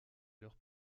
leur